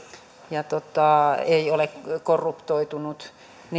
ja ei ole korruptoitunut